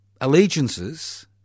allegiances